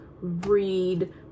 read